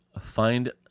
find